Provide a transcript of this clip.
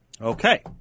okay